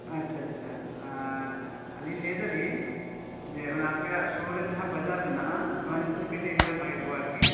ᱟᱪᱪᱷᱟ ᱟᱪᱪᱷᱟ ᱟᱸ ᱟᱹᱞᱤᱧ ᱞᱟᱹᱭ ᱮᱫᱟᱞᱤᱧ ᱡᱮ ᱚᱱᱟ ᱟᱯᱮᱭᱟᱜ ᱥᱩᱨ ᱨᱮ ᱡᱟᱦᱟᱸ ᱵᱟᱡᱟᱨ ᱢᱮᱱᱟᱜ ᱟ ᱚᱱᱟ ᱧᱩᱛᱩᱢ ᱠᱟ ᱡᱽ ᱞᱟ ᱭ ᱞᱮᱠᱷᱟᱱ ᱵᱷᱟ ᱜᱮ ᱠᱚᱜᱼᱟ ᱟᱨᱠᱤ